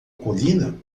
colina